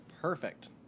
Perfect